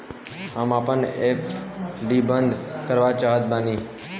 हम आपन एफ.डी बंद करना चाहत बानी